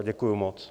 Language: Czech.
Děkuji moc.